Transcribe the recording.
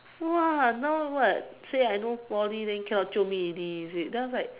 !wah! now what say I no Poly then cannot jio me already is it then I was like